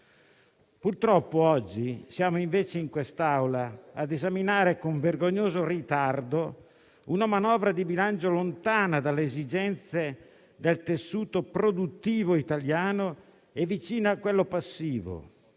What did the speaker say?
Purtroppo oggi siamo invece in quest'Aula a esaminare con vergognoso ritardo una manovra di bilancio lontana dalle esigenze del tessuto produttivo italiano e vicina a quello passivo.